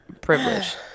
privilege